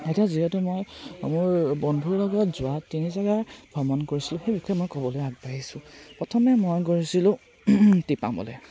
এতিয়া যিহেতু মই মোৰ বন্ধুৰ লগত যোৱা তিনি জেগা ভ্ৰমণ কৰিছিলোঁ সেই বিষয়ে মই ক'বলৈ আগবাঢ়িছোঁ প্ৰথমে মই গৈছিলোঁ টিপামলৈ